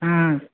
ହଁ